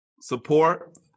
Support